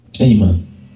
amen